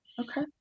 Okay